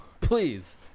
Please